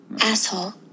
Asshole